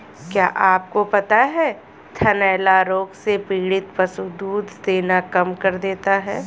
क्या आपको पता है थनैला रोग से पीड़ित पशु दूध देना कम कर देता है?